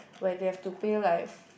where they have to pay like